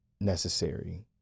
necessary